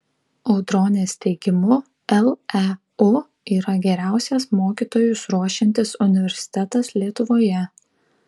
audronės teigimu leu yra geriausias mokytojus ruošiantis universitetas lietuvoje